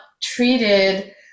treated